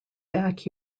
back